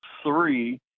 three